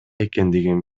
экендигин